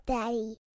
Daddy